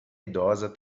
idosa